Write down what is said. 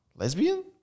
Lesbian